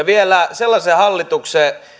vielä sellaisen hallituksen